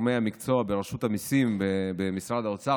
יחד עם גורמי המקצוע ברשות המיסים במשרד האוצר,